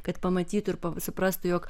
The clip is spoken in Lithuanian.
kad pamatytų ir suprastų jog